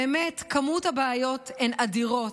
באמת, כמות הבעיות היא אדירה,